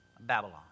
Babylon